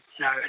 no